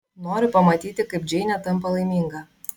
noriu pamatyti kaip džeinė tampa laiminga